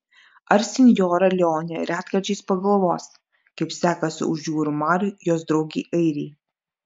ar sinjora leonė retkarčiais pagalvos kaip sekasi už jūrų marių jos draugei airei